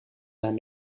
zijn